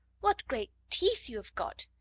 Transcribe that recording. what great teeth you have got!